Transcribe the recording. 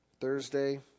Thursday